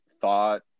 thought